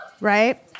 Right